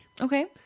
Okay